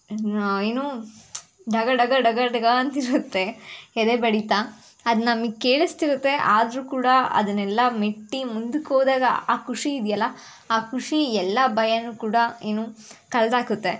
ಏನು ಢಗ ಢಗ ಢಗ ಢಗ ಅಂತಿರುತ್ತೆ ಎದೆ ಬಡಿತ ಅದು ನಮಗೆ ಕೇಳಿಸ್ತಿರುತ್ತೆ ಆದರೂ ಕೂಡ ಅದನ್ನೆಲ್ಲ ಮೆಟ್ಟಿ ಮುಂದಕ್ಕೆ ಹೋದಾಗ ಆ ಖುಷಿ ಇದೆಯಲ್ಲ ಆ ಖುಷಿ ಎಲ್ಲ ಭಯನೂ ಕೂಡ ಏನು ಕಳೆದಾಕುತ್ತೆ